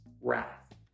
wrath